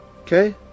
Okay